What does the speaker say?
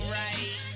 right